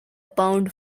pound